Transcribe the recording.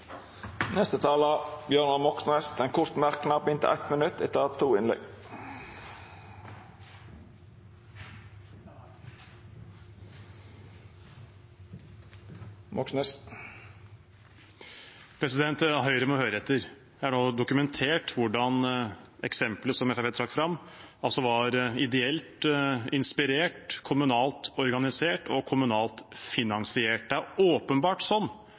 Bjørnar Moxnes har hatt ordet to gonger tidlegare og får ordet til ein kort merknad, avgrensa til 1 minutt. Høyre må høre etter. Det er nå dokumentert hvordan eksempelet som Fremskrittspartiet trakk fram, altså var ideelt inspirert, kommunalt organisert og kommunalt finansiert. Det